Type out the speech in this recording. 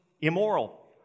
immoral